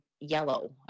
yellow